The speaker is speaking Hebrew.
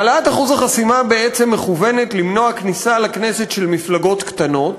העלאת אחוז החסימה בעצם מכוונת למנוע כניסה לכנסת של מפלגות קטנות,